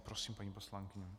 Prosím, paní poslankyně.